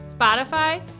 spotify